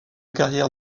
carrière